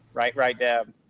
right right deb?